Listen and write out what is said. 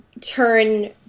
turn